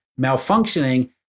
malfunctioning